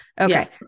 Okay